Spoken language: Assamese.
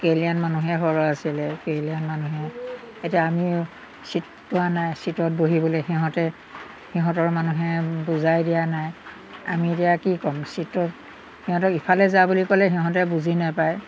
কেৰেলীয়ান মানুহে সৰহ আছিলে কেৰেলীয়ান মানুহে এতিয়া আমিও চিট পোৱা নাই চিটত বহিবলৈ সিহঁতে সিহঁতৰ মানুহে বুজাই দিয়া নাই আমি এতিয়া কি ক'ম চিটত সিহঁতক ইফালে যা বুলি ক'লে সিহঁতে বুজি নাপায়